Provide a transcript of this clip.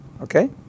okay